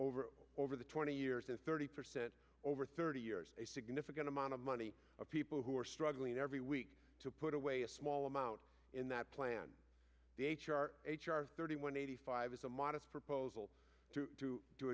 ver over the twenty years and thirty percent over thirty years a significant amount of money of people who are struggling every week to put away a small amount in that plan the h r h r thirty one eighty five is a modest proposal